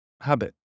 habit